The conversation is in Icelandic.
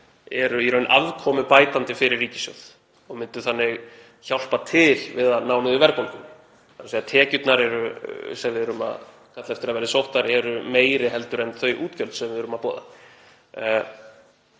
eru í raun afkomubætandi fyrir ríkissjóð og myndu þannig hjálpa til við að ná niður verðbólgunni. Tekjurnar sem við erum að kalla eftir að verði sóttar eru meiri heldur en þau útgjöld sem við erum að boða.